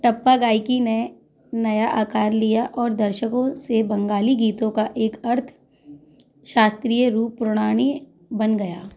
टप्पा गायकी ने नया आकार लिया और दर्शको से बंगाली गीतों का एक अर्थशास्त्रीय रूप पुरणानी बन गया